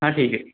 हाँ ठीक है